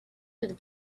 that